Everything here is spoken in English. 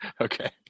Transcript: Okay